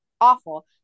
awful